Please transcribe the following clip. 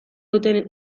duten